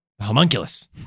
homunculus